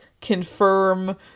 confirm